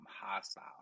hostile